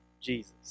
Jesus